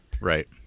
Right